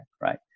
right